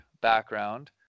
background